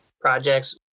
projects